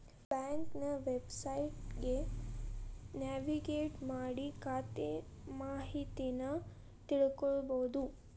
ಬ್ಯಾಂಕ್ನ ವೆಬ್ಸೈಟ್ಗಿ ನ್ಯಾವಿಗೇಟ್ ಮಾಡಿ ಖಾತೆ ಮಾಹಿತಿನಾ ತಿಳ್ಕೋಬೋದು